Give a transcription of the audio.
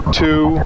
two